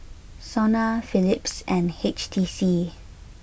Sona Philips and H T C